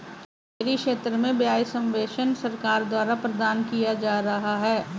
dairy क्षेत्र में ब्याज सब्वेंशन सरकार द्वारा प्रदान किया जा रहा है